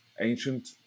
ancient